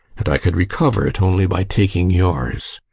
and i could recover it only by taking yours.